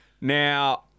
Now